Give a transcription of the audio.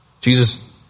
Jesus